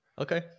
Okay